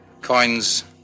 Coins